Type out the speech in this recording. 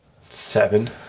Seven